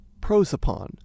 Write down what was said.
prosopon